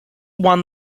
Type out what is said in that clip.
won